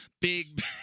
Big